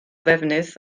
ddefnydd